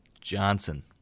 Johnson